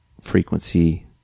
frequency